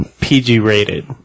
PG-rated